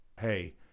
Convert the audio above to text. Hey